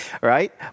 right